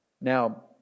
Now